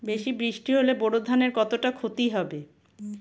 বেশি বৃষ্টি হলে বোরো ধানের কতটা খতি হবে?